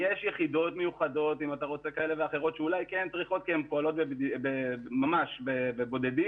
יש יחידות מיוחדות כאלה ואחרים שאולי כן צריכות כי הן פועלות ממש בבודדים